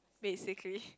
basically